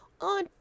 on